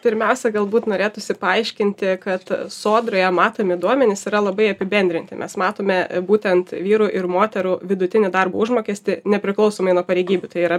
pirmiausia galbūt norėtųsi paaiškinti kad sodroje matomi duomenys yra labai apibendrinti mes matome būtent vyrų ir moterų vidutinį darbo užmokestį nepriklausomai nuo pareigybių tai yra